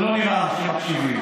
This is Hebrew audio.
לא נראה שאתם מקשיבים.